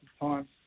time